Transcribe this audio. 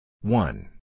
One